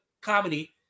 comedy